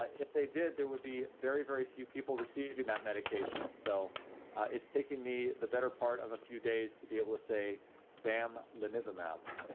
ah if they did there would be very, very few people receiving that medication, so it's taking me the better part of few days to be able to say bam-lanivimab